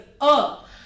up